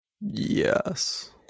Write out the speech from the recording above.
Yes